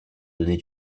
donner